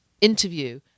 interview